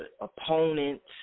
opponents